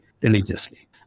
religiously